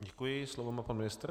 Děkuji, slovo má pan ministr.